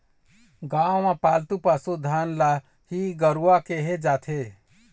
गाँव म पालतू पसु धन ल ही गरूवा केहे जाथे